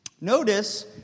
Notice